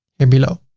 here below.